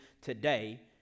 today